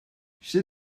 she